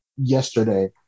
yesterday